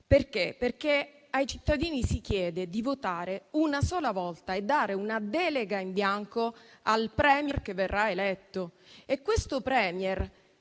bugia, perché ai cittadini si chiede di votare una sola volta e dare una delega in bianco al *Premier* che verrà eletto, che non avrà